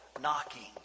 Knocking